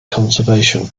conservation